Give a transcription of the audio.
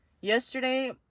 Yesterday